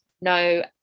no